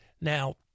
Now